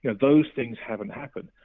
yeah those things haven't happened,